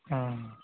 ᱦᱩᱸᱻ